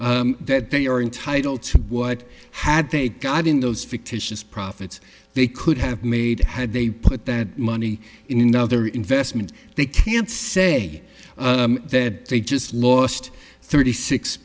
saying that they are entitled to what had they got in those fictitious profits they could have made had they put that money in another investment they can say that they just lost thirty six